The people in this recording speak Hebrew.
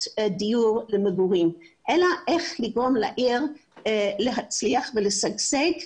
דיור למגורים אלא איך לגרום לעיר להצליח ולשגשג.